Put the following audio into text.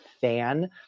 fan